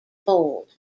bold